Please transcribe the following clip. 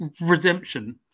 Redemption